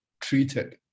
treated